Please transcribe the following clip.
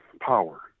power